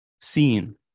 seen